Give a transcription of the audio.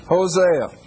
Hosea